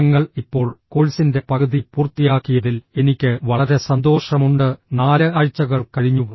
ഞങ്ങൾ ഇപ്പോൾ കോഴ്സിന്റെ പകുതി പൂർത്തിയാക്കിയതിൽ എനിക്ക് വളരെ സന്തോഷമുണ്ട് നാല് ആഴ്ചകൾ കഴിഞ്ഞു